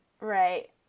Right